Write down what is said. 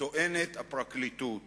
טוענת הפרקליטות